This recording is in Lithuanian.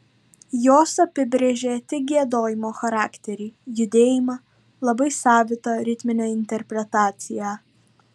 jos apibrėžė tik giedojimo charakterį judėjimą labai savitą ritminę interpretaciją